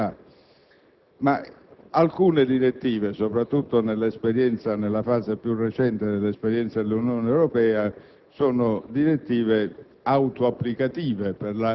Perché questa è una direttiva, come si dice in gergo, *self-executing*, cioè di diretta applicazione. Come i colleghi sanno,